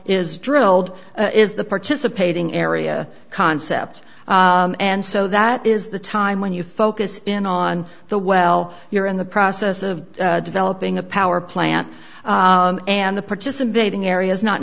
is drilled is the participating area concept and so that is the time when you focus in on the well you're in the process of developing a power plant and the participating areas not